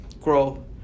grow